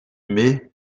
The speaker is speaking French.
mai